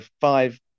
five